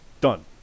done